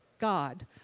god